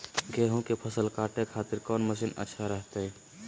गेहूं के फसल काटे खातिर कौन मसीन अच्छा रहतय?